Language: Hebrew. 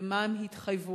למה הם התחייבו.